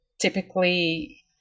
typically